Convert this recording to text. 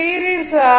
series R